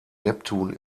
neptun